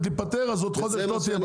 להיפתר אז בעוד חודש לא תהיה בעיה,